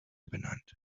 benannt